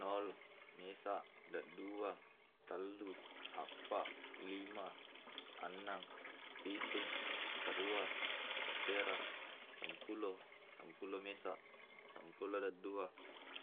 Nol, mesa dadua, tallu, eppa, lima, enneng, pitu, karua, kasera, sampulo, sampulo mesa sampulo dadua,